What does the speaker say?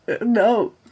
no